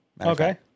Okay